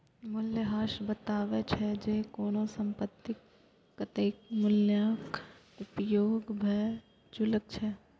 मूल्यह्रास बतबै छै, जे कोनो संपत्तिक कतेक मूल्यक उपयोग भए चुकल छै